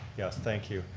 yes thank you.